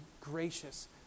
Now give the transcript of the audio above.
gracious